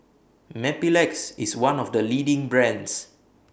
Mepilex IS one of The leading brands